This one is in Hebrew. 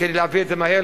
כדי להביא את זה מהר.